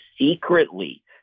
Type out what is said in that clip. secretly